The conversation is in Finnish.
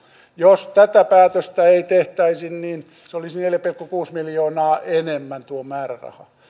jos tätä päätöstä ei tehtäisi niin olisi neljä pilkku kuusi miljoonaa enemmän tuo määräraha